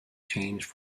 changed